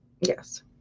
Yes